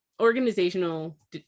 organizational